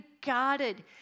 guarded